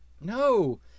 No